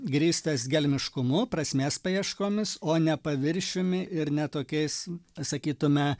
grįstas gelmiškumu prasmės paieškomis o ne paviršiumi ir ne tokiais sakytume